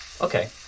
okay